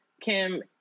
Kim